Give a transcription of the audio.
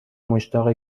مشتاق